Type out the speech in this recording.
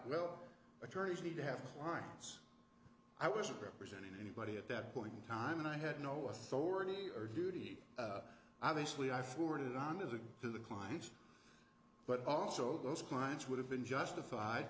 well attorneys need to have lines i was representing anybody at that point in time and i had no authority or duty obviously i forwarded on as it to the clients but also those clients would have been justified